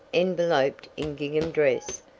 enveloped in gingham dress,